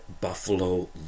Buffalo